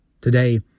Today